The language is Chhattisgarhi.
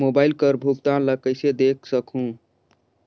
मोबाइल कर भुगतान ला कइसे देख सकहुं?